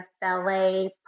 ballet